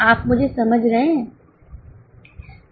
आप मुझेसमझ रहे हैं